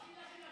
מי שמכבד,